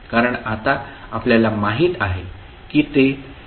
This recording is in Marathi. कारण आता आपल्याला माहित आहे की ते या रूपात विघटित झाले आहे